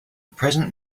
present